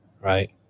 right